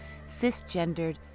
cisgendered